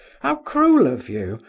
how cruel of you,